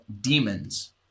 demons